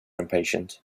impatient